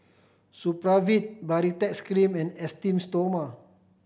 Supravit Baritex Cream and Esteem Stoma